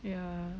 ya